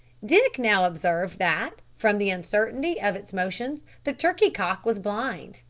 dick now observed that, from the uncertainty of its motions, the turkey-cock was blind,